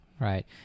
Right